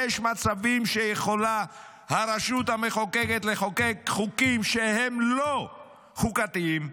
יש מצבים שיכולה הרשות המחוקקת לחוקק חוקים שהם לא חוקתיים,